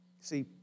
See